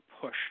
push